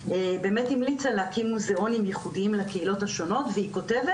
באמת המליצה להקים מוזיאונים ייחודיים לקהילות השונות והיא כותבת